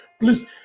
please